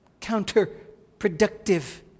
counterproductive